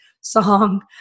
song